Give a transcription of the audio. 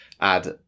add